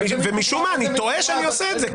משום מה אני טועה שאני עושה את זה,